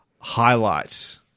Highlight